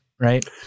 right